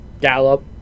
Gallup